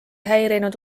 häirinud